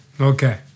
Okay